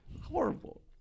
Horrible